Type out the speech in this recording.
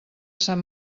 sant